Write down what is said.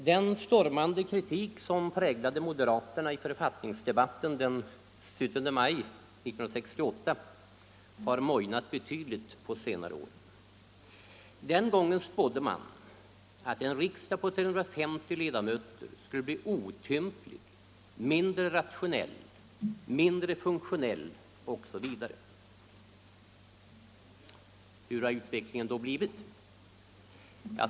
Den stormande kritik som präglade moderaternas inlägg i författningsdebatten den 17 maj 1968 har mojnat betydligt på senare år. Den gången spådde man från moderat håll att en riksdag på 350 ledamöter skulle bli otymplig, mindre rationell, mindre funktionell osv. Hur har utvecklingen då blivit?